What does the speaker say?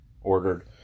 ordered